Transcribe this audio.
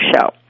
show